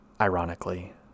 ironically